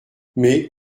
mais